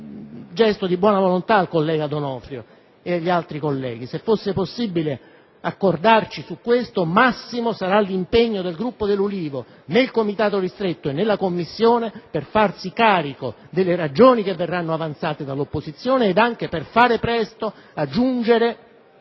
gesto di buona volontà al senatore D'Onofrio e agli altri colleghi. Se fosse possibile accordarci su questo punto, massimo sarà l'impegno del Gruppo dell'Ulivo, in Comitato ristretto e in Commissione, per farsi carico delle ragioni che verranno avanzate dall'opposizione e per fare presto a giungere